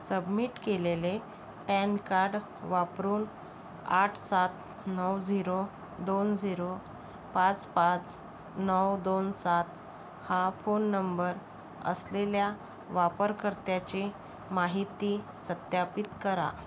submit केलेले PAN card वापरून आठ सात नऊ झीरो दोन झीरो पाच पाच नऊ दोन सात हा फोन नंबर असलेल्या वापरकर्त्याची माहिती सत्यापित करा